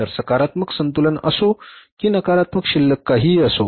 तर सकारात्मक संतुलन असो की नकारात्मक शिल्लक काहीही असो